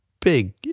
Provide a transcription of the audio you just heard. big